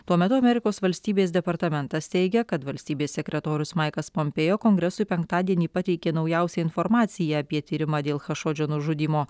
tuo metu amerikos valstybės departamentas teigia kad valstybės sekretorius maiklas pompėjo kongresui penktadienį pateikė naujausią informaciją apie tyrimą dėl chašodžio nužudymo